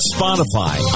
Spotify